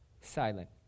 Silent